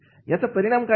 याचा परिणाम काय झाला